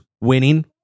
winning